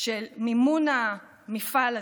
של מימון המפעל הזה.